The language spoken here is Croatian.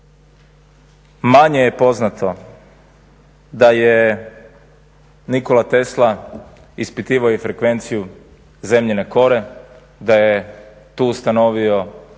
Manje je poznato da je Nikola Tesla ispitivao i frekvenciju Zemljine kore, da je tu ustanovio